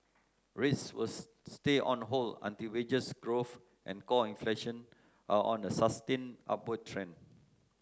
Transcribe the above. rates will stay on hold until wages growth and core inflation are on a sustained upward trend